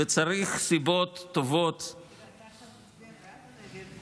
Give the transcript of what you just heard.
וצריך סיבות טובות, ואתה עכשיו תצביע בעד או נגד?